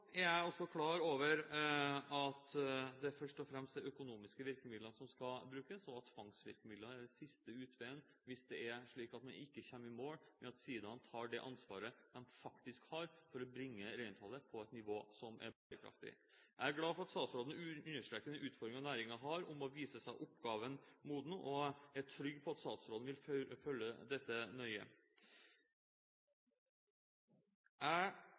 er også klar over at det først og fremst er økonomiske virkemidler som skal brukes, og at tvangsvirkemidler er siste utvei, hvis man ikke kommer i mål, ved at sidaene tar det ansvaret de faktisk har for å bringe reinsdyrholdet ned på et nivå som er bærekraftig. Jeg er glad for at statsråden understreker den utfordringen næringen har når det gjelder å vise seg oppgaven moden. Jeg er trygg på at statsråden vil følge dette nøye.